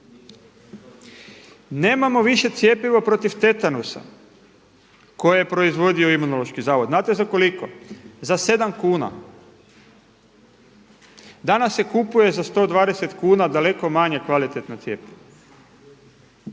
Nemamo više cjepivo protiv tetanusa koje je proizvodio Imunološki zavod. Znate za koliko? Za 7 kuna. Danas se kupuje za 120 kuna daleko manje kvalitetna cjepiva.